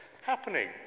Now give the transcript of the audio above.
happening